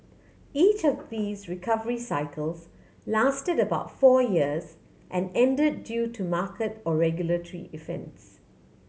each of these recovery cycles lasted about four years and end due to market or regulatory events